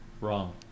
wrong